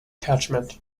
catchment